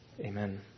Amen